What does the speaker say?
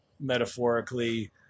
metaphorically